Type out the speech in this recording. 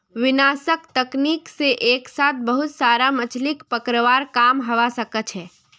विनाशक तकनीक से एक साथ बहुत सारा मछलि पकड़वार काम हवा सके छे